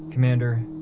commander.